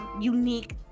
unique